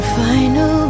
final